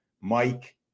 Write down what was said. Mike